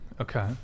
Okay